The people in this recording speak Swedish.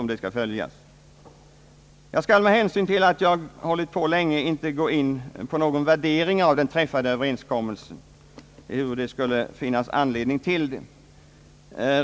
Med hänsyn till att jag redan talat länge skall jag inte gå in på någon värdering av den träffade överenskommelsen, ehuru det skulle finnas anledning härtill.